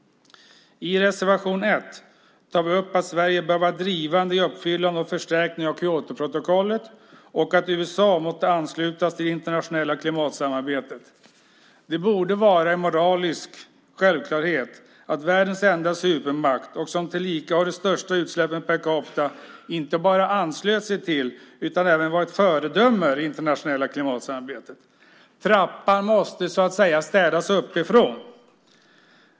I reservation 1 tar vi upp att Sverige bör vara drivande när det gäller uppfyllande och förstärkning av Kyotoprotokollet och att USA måste ansluta sig till det internationella klimatsamarbetet. Det borde vara en moralisk självklarhet att världens enda supermakt som tillika har de största utsläppen per capita inte bara ansluter sig till utan även är ett föredöme i det internationella klimatsamarbetet. Trappan måste, så att säga, städas uppifrån.